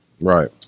Right